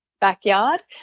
backyard